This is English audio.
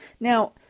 Now